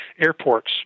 airports